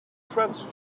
friends